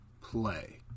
play